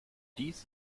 dies